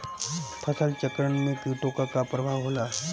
फसल चक्रण में कीटो का का परभाव होला?